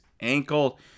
ankle